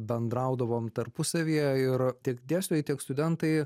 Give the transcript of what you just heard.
bendraudavom tarpusavyje ir tiek dėstojai tiek studentai